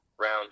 round